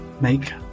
make